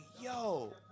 yo